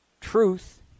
truth